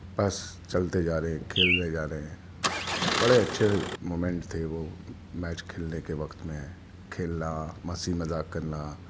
بس چلتے جا رہے ہیں کھیلنے جا رہے ہیں بڑے اچھے مومنٹس تھے وہ میچ کھیلنے کے وقت میں کھیلنا مستی مذاق کرنا